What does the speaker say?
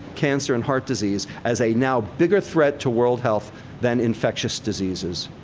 cancer, and heart disease as a now bigger threat to world health than infectious diseases.